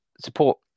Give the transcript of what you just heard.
support